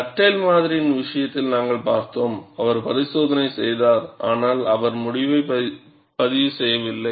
Dugdale மாதிரியின் விஷயத்தில் நாங்கள் பார்த்தோம் அவர் பரிசோதனை செய்தார் ஆனால் அவர் முடிவைப் பதிவுசெய்யவில்லை